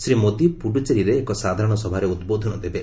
ଶ୍ରୀ ମୋଦି ପୁଡୁଚେରୀରେ ଏକ ସାଧାରଣ ସଭାରେ ଉଦ୍ବୋଧନ ଦେବେ